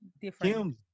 different